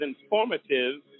informative